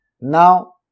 now